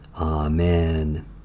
Amen